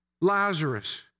Lazarus